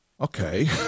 Okay